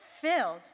filled